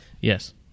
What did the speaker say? Yes